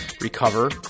Recover